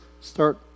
start